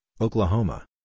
Oklahoma